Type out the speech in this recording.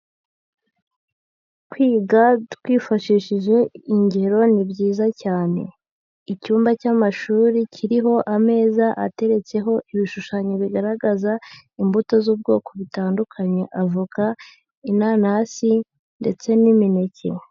Kwiga twifashishije ingero ni byiza cyane, icyumba cy'amashuri kiriho ameza ateretseho ibishushanyo bigaragaza imbuto z'ubwoko butandukanye, avoka, inanasi ndetse n'imineke.